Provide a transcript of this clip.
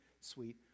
sweet